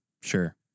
Sure